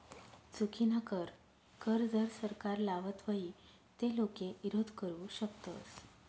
चुकीनाकर कर जर सरकार लावत व्हई ते लोके ईरोध करु शकतस